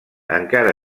encara